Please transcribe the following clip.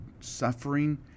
Suffering